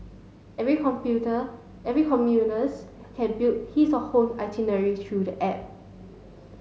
every computer every can build his or her own itinerary through the app